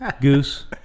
goose